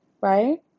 right